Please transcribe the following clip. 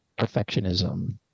perfectionism